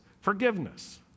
Forgiveness